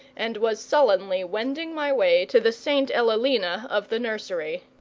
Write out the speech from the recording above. and was sullenly wending my way to the st. elelena of the nursery.